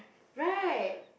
right